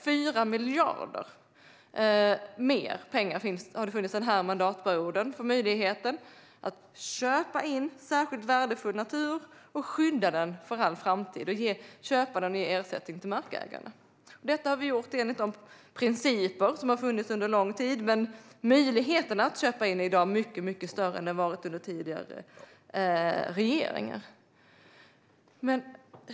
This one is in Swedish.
Den här mandatperioden har det funnits 4 miljarder mer för möjligheten att köpa in särskilt värdefull natur och skydda den för all framtid och ge ersättning till markägarna. Detta har vi gjort enligt de principer som har funnits under lång tid, men möjligheten att köpa in är i dag mycket, mycket större än den varit under tidigare regeringar.